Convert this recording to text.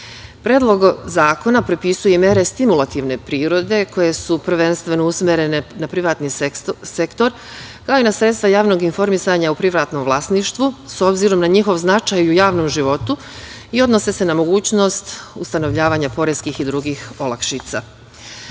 glasila. Predlog zakona propisuje mere stimulativne prirode koje su, prvenstveno usmerene na privatni sektor, kao i na sredstva javnog informisanja u privatnom vlasništvu s obzirom na njihov značaj u javnom životu i odnose se na mogućnost ustanovljavanja poreskih i drugih olakšica. Ta